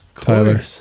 Tyler